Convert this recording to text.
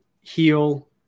heal